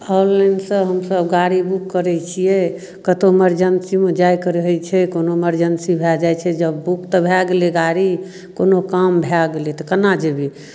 ऑनलाइनसँ हमसभ गाड़ी बुक करै छिए कतहु इमरजेन्सीमे जाइके रहै छै कोनो इमरजेन्सी भऽ जाइ छै जब बुक तऽ भऽ गेलै गाड़ी कोनो काम भऽ गेलै तऽ कोना जेबै